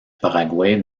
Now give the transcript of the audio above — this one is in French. paraguay